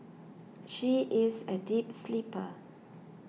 she is a deep sleeper